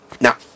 Now